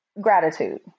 gratitude